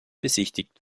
besichtigt